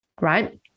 right